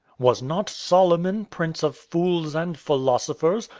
was not solomon, prince of fools and philosophers,